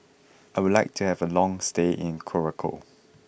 I would like to have a long stay in Curacao